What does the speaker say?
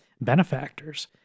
benefactors